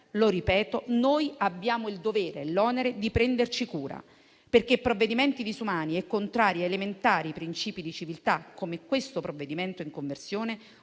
lo ripeto - abbiamo il dovere e l'onere di prenderci cura, perché provvedimenti disumani e contrari a elementari principi di civiltà, come questo provvedimento in conversione,